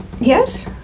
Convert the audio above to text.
Yes